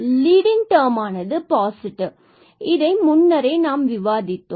leading டெர்மானது positive மற்றும் நாம் இதை முன்னரே விவாதித்தோம்